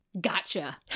Gotcha